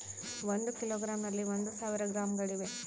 ಒಂದು ಕಿಲೋಗ್ರಾಂ ನಲ್ಲಿ ಒಂದು ಸಾವಿರ ಗ್ರಾಂಗಳಿವೆ